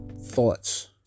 thoughts